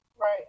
Right